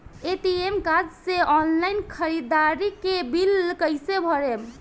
ATM card से online ख़रीदारी के बिल कईसे भरेम?